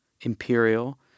imperial